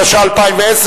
התשע"א 2010,